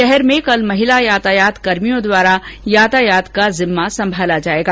शहर में कल महिला यातायातकर्मियों द्वारा यातायात का जिम्मा संभाला जाएगा